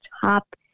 top